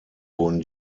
wurden